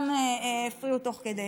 גם הפריעו תוך כדי.